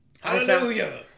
Hallelujah